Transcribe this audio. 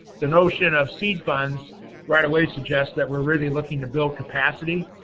the notion of seed funds right away suggest that we're really looking to build capacity,